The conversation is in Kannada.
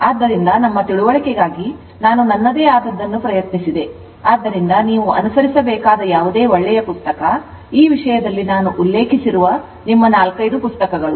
ಆದ್ದರಿಂದ ನಮ್ಮ ತಿಳುವಳಿಕೆಗಾಗಿ ನಾನು ನನ್ನದೇ ಆದದ್ದನ್ನು ಪ್ರಯತ್ನಿಸಿದ್ದೇನೆ ಆದ್ದರಿಂದ ನೀವು ಅನುಸರಿಸಬೇಕಾದ ಯಾವುದೇ ಒಳ್ಳೆಯ ಪುಸ್ತಕ ಈ ವಿಷಯದಲ್ಲಿ ನಾನು ಉಲ್ಲೇಖಿಸಿರುವ ನಿಮ್ಮ 4 5 ಪುಸ್ತಕಗಳು